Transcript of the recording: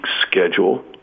schedule